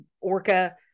Orca